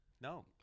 No